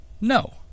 no